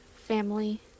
family